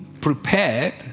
prepared